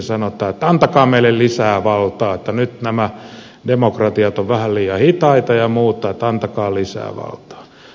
sanotaan että antakaa meille lisää valtaa että nyt nämä demokratiat ovat vähän liian hitaita ja muuta että antakaa lisää valtaa